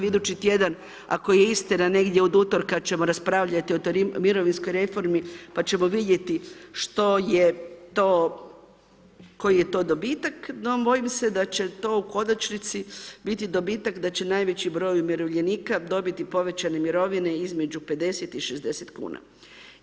Idući tjedan, ako je istina, negdje od utorka ćemo raspravljati o toj mirovinskoj reformi, pa ćemo vidjeti što je to, koji je to dobitak, no bojim se da će to u konačnici biti dobitak da će najveći broj umirovljenika dobiti povećane mirovine između 50,00 i 60,00 kn.